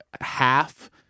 half